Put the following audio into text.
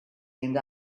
and